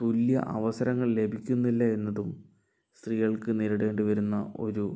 തുല്യ അവസരങ്ങൾ ലഭിക്കുന്നില്ല എന്നതും സ്ത്രീകൾക്ക് നേരിടേണ്ടി വരുന്ന ഒരു